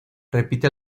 repite